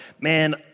man